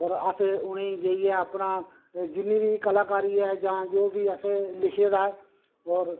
और अस उ'नेंगी इ'यै अपना जिन्नी बी कलाकारी ऐ जां जो बी असें लिखे दा ऐ और